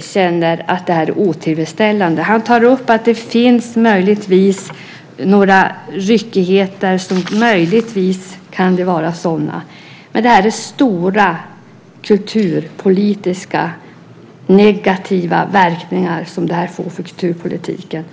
känner att detta är otillfredsställande. Han tar upp att det möjligtvis finns några ryckigheter. Men det här får stora negativa verkningar på kulturpolitiken.